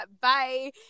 bye